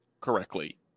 correctly